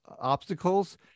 obstacles